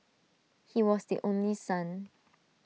he was the only son